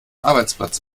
arbeitsplatz